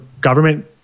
government